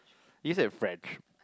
is it in French